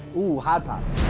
oh, hard pass.